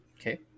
Okay